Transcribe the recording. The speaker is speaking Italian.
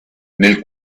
nel